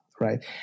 right